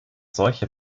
solche